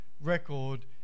record